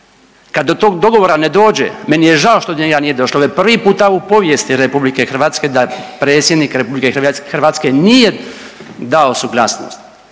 kad do tog dogovora ne dođe, meni je žao što njega nije došlo, ovo je prvi puta u povijesti RH da Predsjednik RH nije dao suglasnost